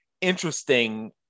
interesting